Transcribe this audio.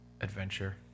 adventure